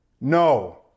No